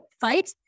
fight